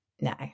No